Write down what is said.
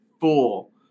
full